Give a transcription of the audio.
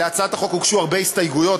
להצעת החוק הוגשו הרבה הסתייגויות,